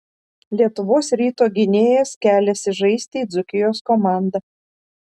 lietuvos ryto gynėjas keliasi žaisti į dzūkijos komandą